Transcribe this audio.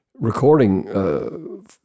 recording